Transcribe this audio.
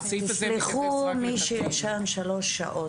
תסלחו למי שישן שלוש שעות.